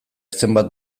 zenbat